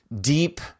deep